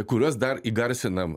kuriuos dar įgarsinam